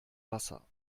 wasser